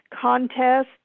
contest